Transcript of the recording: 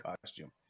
costume